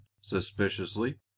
suspiciously